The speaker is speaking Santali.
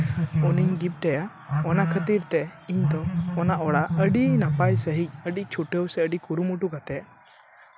ᱩᱱᱤᱧ ᱜᱤᱯᱷᱴ ᱟᱭᱟ ᱚᱱᱟ ᱠᱷᱟᱹᱛᱤᱨ ᱛᱮ ᱤᱧ ᱫᱚ ᱚᱱᱟ ᱚᱲᱟᱜ ᱟᱹᱰᱤ ᱱᱟᱯᱟᱭ ᱥᱟᱺᱦᱤᱡ ᱟᱹᱰᱤ ᱪᱷᱩᱴᱟᱹᱣ ᱥᱮ ᱠᱩᱨᱩᱢᱩᱴᱩ ᱠᱟᱛᱮᱜ